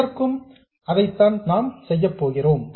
இதற்கும் அதைத்தான் செய்யப் போகிறேன்